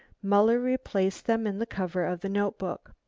muller replaced them in the cover of the notebook.